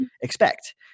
expect